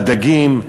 והדגים,